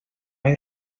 hay